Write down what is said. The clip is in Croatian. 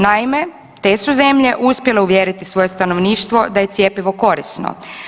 Naime, te su zemlje uspjele uvjeriti svoje stanovništvo da je cjepivo korisno.